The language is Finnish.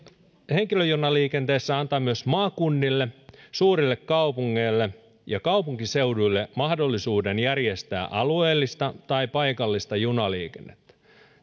henkilöjunaliikenteessä antaa myös maakunnille suurille kaupungeille ja kaupunkiseuduille mahdollisuuden järjestää alueellista tai paikallista junaliikennettä